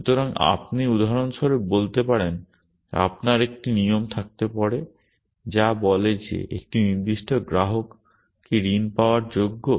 সুতরাং আপনি উদাহরণস্বরূপ বলতে পারেন আপনার একটি নিয়ম থাকতে পারে যা বলে যে একটি নির্দিষ্ট গ্রাহক কি ঋণ পাওয়ার যোগ্য